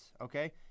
okay